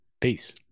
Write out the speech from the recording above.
Peace